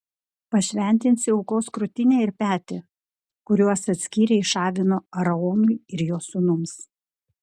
pašventinsi aukos krūtinę ir petį kuriuos atskyrei iš avino aaronui ir jo sūnums